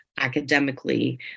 academically